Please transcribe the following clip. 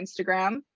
Instagram